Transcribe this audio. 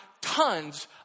tons